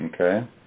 Okay